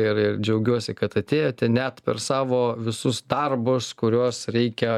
ir ir džiaugiuosi kad atėjote net per savo visus darbus kuriuos reikia